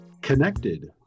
connected